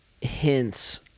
hints